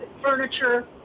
furniture